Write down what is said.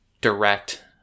direct